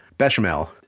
bechamel